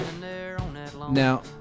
Now